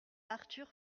arthur